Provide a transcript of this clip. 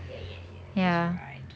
ya ya that's right